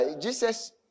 Jesus